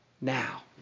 now